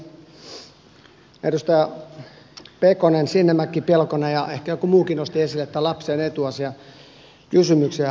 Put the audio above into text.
edustajat pekonen sinnemäki pelkonen ja ehkä joku muukin nostivat esille tämän lapsen etu kysymyksen